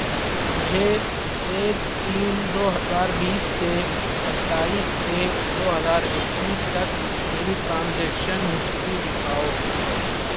مجھے ایک تین دو ہزار بیس سے ستائیس ایک دو ہزار اکیس تک میری ٹرانزیکشن ہسٹری دکھاؤ